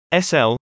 SL